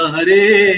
Hare